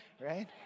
right